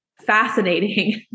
fascinating